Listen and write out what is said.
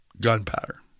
Gunpowder